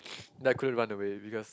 then I couldn't run away because